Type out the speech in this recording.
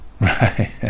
Right